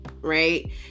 right